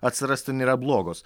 atsirasti nėra blogos